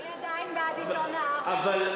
אני עדיין בעד עיתון "הארץ",